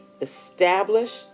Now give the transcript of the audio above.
establish